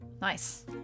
Nice